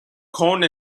cone